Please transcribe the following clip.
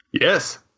yes